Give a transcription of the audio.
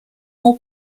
more